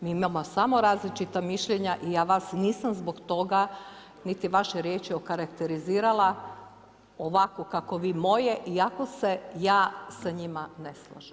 Mi imamo samo različita mišljenja i ja vas nisam zbog toga niti vaše riječi okarakterizirala ovako kako vi moje iako se ja sa njima ne slažem.